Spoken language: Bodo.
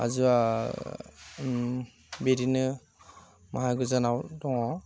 हाजोआ बिदिनो माहाय गोजानाव दङ